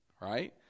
Right